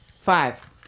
Five